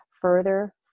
further